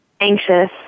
anxious